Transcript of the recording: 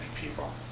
people